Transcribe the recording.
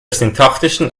syntaktischen